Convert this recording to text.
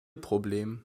problem